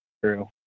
True